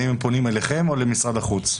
האם הם פונים אליכם או למשרד החוץ?